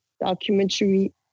documentary